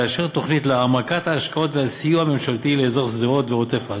לאשר תוכנית להעמקת ההשקעות והסיוע הממשלתי לאזור שדרות ועוטף-עזה.